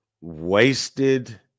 Wasted